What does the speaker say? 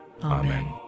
Amen